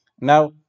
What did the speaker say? Now